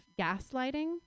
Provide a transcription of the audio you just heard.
gaslighting